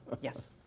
Yes